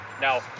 Now